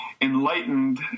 enlightened